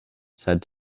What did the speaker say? said